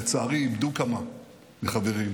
לצערי, איבדו כמה חברים,